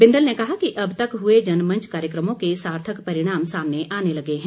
बिंदल ने कहा कि अब तक हुए जनमंच कार्यक्रमों के सार्थक परिणाम सामने आने लगे हैं